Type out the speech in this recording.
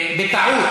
בטעות